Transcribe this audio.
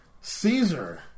Caesar